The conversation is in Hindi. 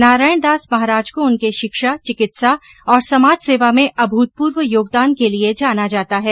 नारायणदास महाराज को उनके शिक्षा चिकित्सा और समाँज सेवा में अभूतपूर्व योगदान के लिए जाना जाता है